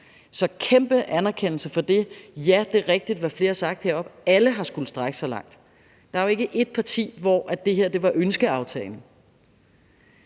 en kæmpe anerkendelse for det. Ja, det er rigtigt, hvad flere har sagt heroppe: Alle har skullet strække sig langt. Der er jo ikke et parti, for hvem det her var ønskeaftalen,